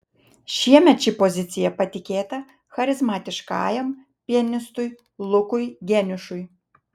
šiemet ši pozicija patikėta charizmatiškajam pianistui lukui geniušui